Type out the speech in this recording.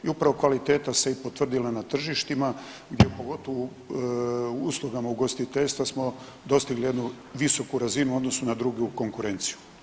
I upravo kvaliteta se i potvrdila na tržištima gdje pogotovo u uslugama u ugostiteljstvu smo dostigli jednu visoku razinu u odnosu na drugu konkurenciju.